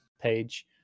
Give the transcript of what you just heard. page